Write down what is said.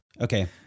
Okay